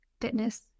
fitness